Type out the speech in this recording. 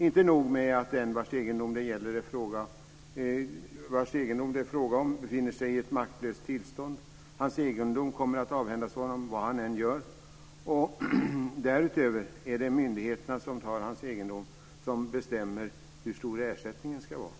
Inte nog med att den vars egendom det är fråga om befinner sig i ett maktlöst tillstånd, utan hans egendom kommer också att avhändas honom vad han än gör. Därutöver är det de myndigheter som tar hans egendom som bestämmer hur stor ersättningen ska vara.